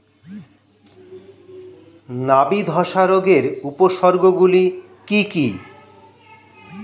নাবি ধসা রোগের উপসর্গগুলি কি কি?